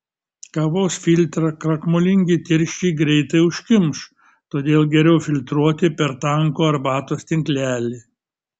kavos filtrą krakmolingi tirščiai greitai užkimš todėl geriau filtruoti per tankų arbatos tinklelį